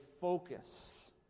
focus